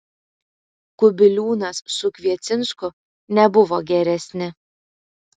kubiliūnas su kviecinsku nebuvo geresni